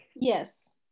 Yes